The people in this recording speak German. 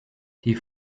die